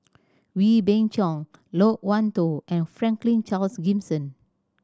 Wee Beng Chong Loke Wan Tho and Franklin Charles Gimson